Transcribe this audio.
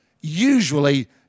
usually